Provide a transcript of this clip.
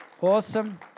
Awesome